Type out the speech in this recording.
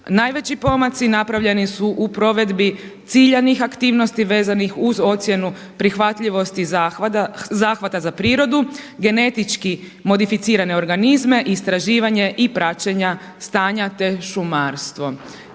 Najveći pomaci napravljeni su u provedbi ciljanih aktivnosti vezanih uz ocjenu prihvatljivosti zahvata za prirodu, genetički modificirane organizme, istraživanje i praćenja stanja te šumarstvo.